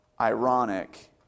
ironic